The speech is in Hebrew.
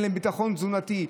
אין להם ביטחון תזונתי?